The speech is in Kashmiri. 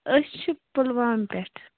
أسۍ چھِ پُلوامہِ پٮ۪ٹھٕ